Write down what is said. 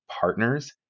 partners